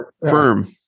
firm